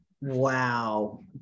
Wow